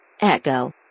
Echo